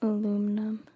Aluminum